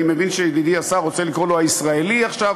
אני מבין שידידי השר רוצה לקרוא לו "הישראלי" עכשיו,